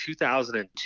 2002